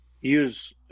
use